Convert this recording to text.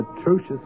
atrocious